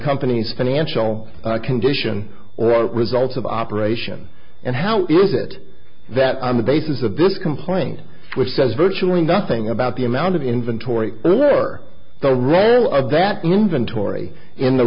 company's financial condition or results of operation and how is it that on the basis of this complaint which says virtually nothing about the amount of inventory there were the role of that inventory in the